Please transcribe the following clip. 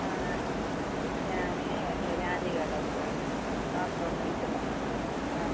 ആ ആ ഞാൻ രാധിക ഡോക്ടറേ കാസർഗോഡു നിന്ന് വിളിക്കുന്നത് ആ